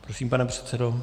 Prosím, pane předsedo.